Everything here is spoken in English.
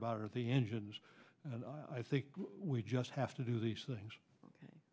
about are the engines and i think we just have to do these things